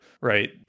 right